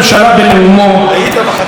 בקצרה,